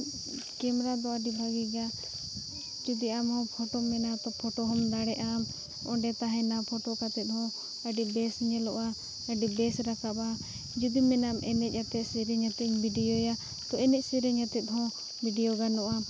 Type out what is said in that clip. camera ᱫᱚ ᱟᱹᱰᱤ ᱵᱷᱟᱹᱜᱤ ᱜᱮᱭᱟ ᱡᱩᱫᱤ ᱟᱢ ᱦᱚᱸ ᱯᱷᱳᱴᱳᱢ ᱵᱮᱱᱟᱣᱟ ᱛᱚ ᱯᱷᱳᱴᱳ ᱦᱚᱸᱢ ᱫᱟᱲᱮᱭᱟᱜᱼᱟ ᱚᱸᱰᱮ ᱛᱟᱦᱮᱱᱟ ᱯᱷᱳᱴᱳ ᱠᱟᱛᱮ ᱦᱚᱸ ᱟᱹᱰᱤ ᱵᱮᱥ ᱧᱮᱞᱚᱜᱼᱟ ᱟᱹᱰᱤ ᱵᱮᱥ ᱨᱟᱠᱟᱵᱟ ᱡᱚᱫᱤᱢ ᱢᱮᱱᱟ ᱮᱱᱮᱡ ᱟᱛᱮ ᱥᱮᱨᱮᱧ ᱟᱛᱮ ᱤᱧ ᱵᱷᱤᱰᱤᱭᱳᱭᱟ ᱛᱚ ᱮᱱᱮᱡ ᱥᱮᱨᱮᱧ ᱟᱛᱮ ᱦᱚᱸ ᱵᱷᱤᱰᱤᱭᱳ ᱜᱟᱱᱚᱜᱼᱟ